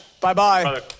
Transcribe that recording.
Bye-bye